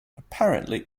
apparently